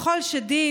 מחול שדים,